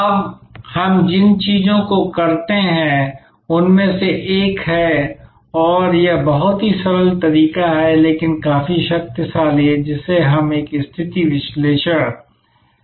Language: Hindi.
अब हम जिन चीजों को करते हैं उनमें से एक है और यह बहुत ही सरल तरीका है लेकिन काफी शक्तिशाली है जिसे हम एक स्थिति विश्लेषण कहते हैं